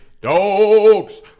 dogs